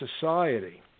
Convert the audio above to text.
society